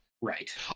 Right